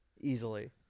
Easily